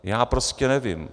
Já prostě nevím.